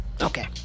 Okay